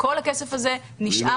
הכסף הזה נשאר